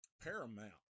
Paramount